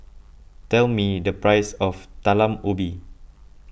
tell me the price of Talam Ubi